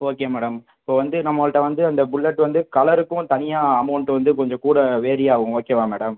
okay madam இப்போ வந்து நம்மகிட்ட வந்து அந்த புல்லட் வந்து கலருக்கும் தனியாக அமௌண்ட் வந்து கொஞ்சம் கூட வேரி ஆகும் ஓகேவா மேடம்